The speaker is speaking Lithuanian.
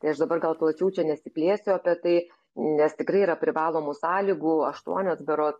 tai aš dabar gal plačiau čia nesiplėsiu apie tai nes tikrai yra privalomų sąlygų aštuonios berod